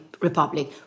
Republic